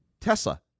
Tesla